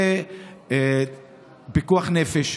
זה פיקוח נפש.